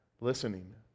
listening